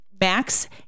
Max